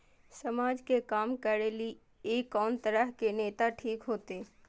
समाज के काम करें के ली ये कोन तरह के नेता ठीक होते?